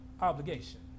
obligation